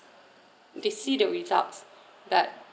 they see the results but